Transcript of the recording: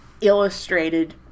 illustrated